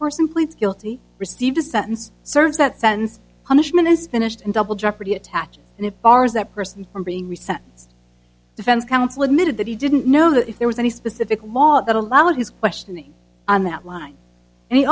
person pleads guilty received a sentence serves that sentence punishment is finished in double jeopardy attached and it bars that person from being reset its defense counsel admitted that he didn't know that if there was any specific law that allowed his questioning on that line and he